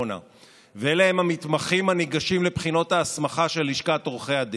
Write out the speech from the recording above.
הייתי בשקט עכשיו.